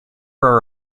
are